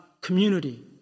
community